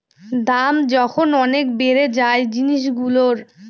দাম যখন অনেক বেড়ে যায় জিনিসগুলোর